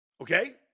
okay